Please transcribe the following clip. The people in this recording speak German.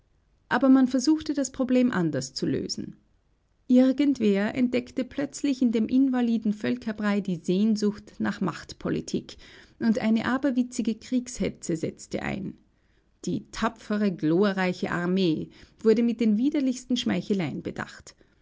aber man suchte das problem anders zu lösen irgendwer entdeckte plötzlich in dem invaliden völkerbrei die sehnsucht nach machtpolitik und eine aberwitzige kriegshetze setzte ein die tapfere glorreiche armee wurde mit den widerlichsten schmeicheleien bedacht